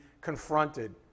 confronted